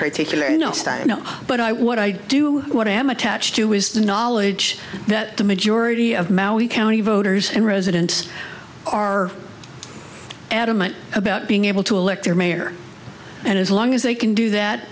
particular no no but i what i do what i am attached to was the knowledge that the majority of maui county voters and residents are adamant about being able to elect their mayor and as long as they can do that